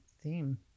theme